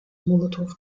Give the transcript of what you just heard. molotov